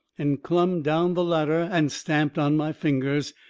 and clumb down the ladder and stamped on my fingers.